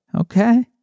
Okay